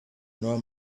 nor